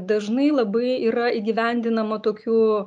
dažnai labai yra įgyvendinama tokiu